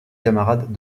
camarade